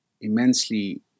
immensely